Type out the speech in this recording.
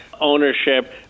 ownership